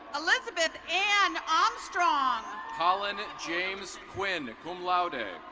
elizabeth ann armstrong. collin james quinn, cum laude.